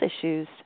issues